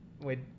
wait